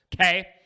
okay